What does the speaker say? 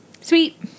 Sweet